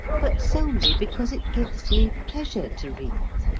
but solely because it gives me pleasure to read.